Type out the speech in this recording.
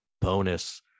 bonus